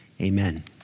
amen